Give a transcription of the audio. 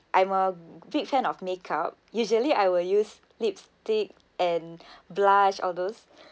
I'm a big fan of makeup usually I will use lipstick and blush all those